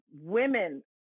Women